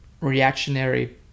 reactionary